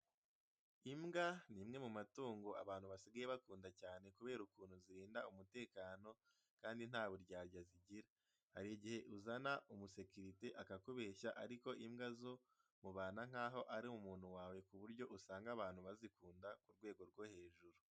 Imbwa ni imwe mu matungo abantu basigaye bakunda cyane kubera ukuntu zirinda umutekano kandi nta buryarya zigira. Hari igihe uzana umusekirite akakubeshya ariko imbwa zo mubana nkaho ari umuntu wawe ku buryo usanga abantu bazikunda ku rwego rwo hejuru.